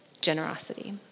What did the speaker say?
generosity